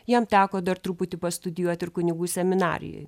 jam teko dar truputį pastudijuot ir kunigų seminarijoj